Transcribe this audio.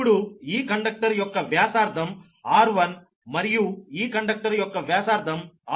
ఇప్పుడు ఈ కండక్టర్ యొక్క వ్యాసార్థం r1 మరియు ఈ కండక్టర్ యొక్క వ్యాసార్థం r2